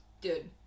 Dude